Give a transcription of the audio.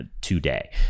today